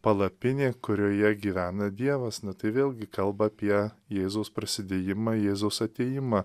palapinė kurioje gyvena dievas nu tai vėlgi kalba apie jėzus prasidėjimą jėzaus atėjimą